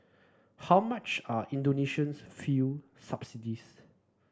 how much are Indonesia's fuel subsidies